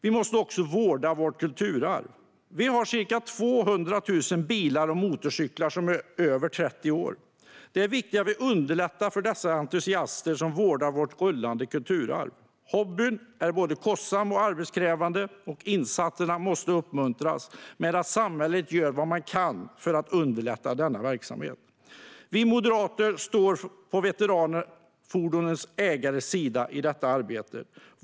Vi måste också vårda vårt kulturarv. Vi har ca 200 000 bilar och motorcyklar som är över 30 år. Det är viktigt att vi underlättar för de entusiaster som vårdar vårt rullande kulturarv. Hobbyn är både kostsam och arbetskrävande, och insatserna måste uppmuntras genom att samhället gör vad det kan för att underlätta denna verksamhet. Vi moderater står på veteranfordonens ägares sida i detta arbete.